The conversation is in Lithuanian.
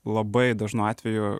labai dažnu atveju